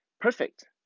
perfect